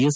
S